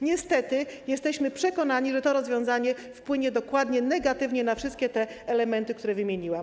Niestety, jesteśmy przekonani, że to rozwiązanie wpłynie dokładnie negatywnie na wszystkie te elementy, które wymieniłam.